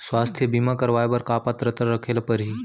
स्वास्थ्य बीमा करवाय बर का पात्रता रखे ल परही?